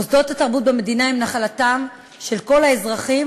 מוסדות התרבות במדינה הם נחלתם של כל האזרחים,